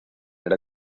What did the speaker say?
era